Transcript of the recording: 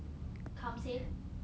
come say